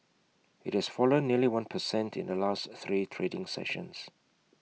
IT has fallen nearly one per cent in the last three trading sessions